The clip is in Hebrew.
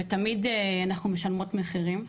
ותמיד אנחנו משלמות מחירים.